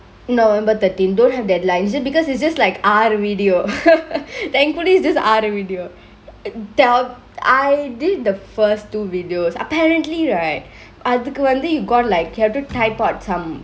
november thirteen don't have deadlines just because it's just like ஆறு:aaru video thankfully this is just ஆறு:aaru video tell I did the first two videos apparently right அதுக்கு வந்து:athuku vanthu you got like get to type out some